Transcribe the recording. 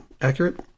accurate